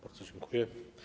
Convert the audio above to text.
Bardzo dziękuję.